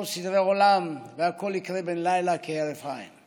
סדרי עולם והכול יקרה בן לילה כהרף עין,